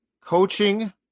coaching